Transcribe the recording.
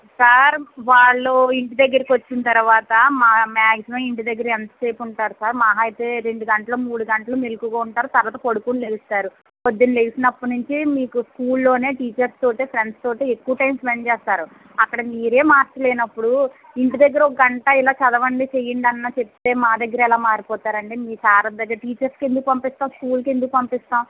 sir వాళ్ళు ఇంటి దగ్గరికి వచ్చిన తరువాత మ మ్యాగ్జిమం ఇంటిదగ్గర ఎంతసేపు ఉంటారు సార్ మహా అయితే రెండు గంటలు మూడు గంటలు మెలకువగా ఉంటారు తరువాత పడుకుని లేస్తారు పొద్దున లేచినప్పటి నుంచి మీకు స్కూల్లోనే టీచర్స్తోటే ఫ్రెండ్స్తోటే ఎక్కువ టైం స్పెండ్ చేస్తారు అక్కడ మీరే మార్చలేనప్పుడు ఇంటిదగ్గర ఒక గంట ఇలా చదవండి చెయ్యండని చెప్తే మా దగ్గర ఎలా మారిపోతారండి మీ సార్ దగ్గర టీచర్స్కి ఎందుకు పంపిస్తాము స్కూల్కి ఎందుకు పంపిస్తాము